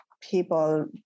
people